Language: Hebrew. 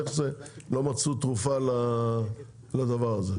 איך זה לא מצאו תרופה לדבר הזה?